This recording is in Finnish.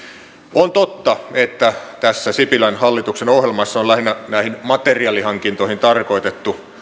on totta että tässä sipilän hallituksen ohjelmassa on lähinnä näihin materiaalihankintoihin tarkoitettu